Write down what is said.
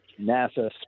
NASA